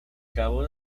cabo